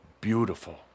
beautiful